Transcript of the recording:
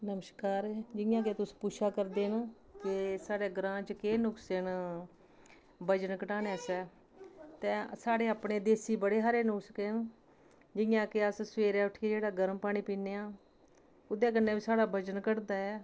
नमस्कार जि'यां के तुस पुच्छा करदे न साढ़ै ग्रांऽ केह् नुक्से न बजन घटानै आस्तै ते साढ़े अपने देसी बड़े सारे नुसके न जि'यां के अस सबेरे उट्ठियै जेह्ड़ा गरम पानी पीन्ने आं ओह्दे कन्नै बी साढ़ा बजन घटदा ऐ